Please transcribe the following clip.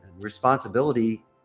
responsibility